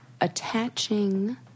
attaching